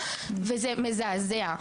וזה מזעזע,